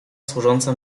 służąca